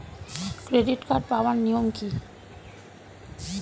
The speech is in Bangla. ক্রেডিট কার্ড পাওয়ার নিয়ম কী?